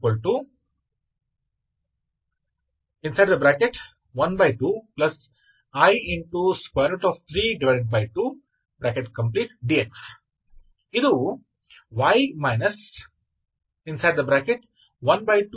तो आप देख सकते हैं कि ξ ठीक है तो के अलावा ξ कुछ भी नहीं है जिसे आप आसानी से देख सकते हैं इसलिए यह आपका ξ है बस है अगर यह आपका है